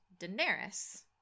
Daenerys